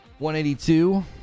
182